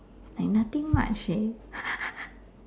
like nothing much leh